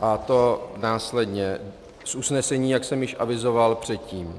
a to následně z usnesení, jak jsem již avizoval předtím.